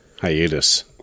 hiatus